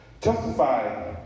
Testify